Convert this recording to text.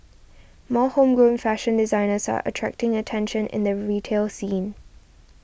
more homegrown fashion designers are attracting attention in the retail scene